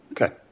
Okay